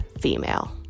female